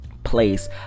place